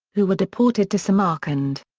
who were deported to samarkand.